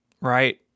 right